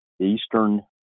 Eastern